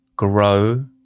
Grow